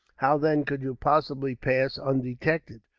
how then could you possibly pass undetected,